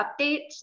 updates